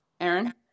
Aaron